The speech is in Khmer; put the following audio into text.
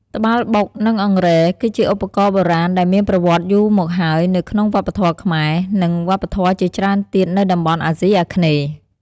ត្បាល់បុក និង អង្រែ គឺជាឧបករណ៍បុរាណដែលមានប្រវត្តិយូរមកហើយនៅក្នុងវប្បធម៌ខ្មែរ និងវប្បធម៌ជាច្រើនទៀតនៅតំបន់អាស៊ីអាគ្នេយ៍។